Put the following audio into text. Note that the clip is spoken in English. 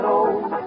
old